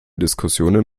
diskussionen